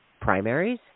primaries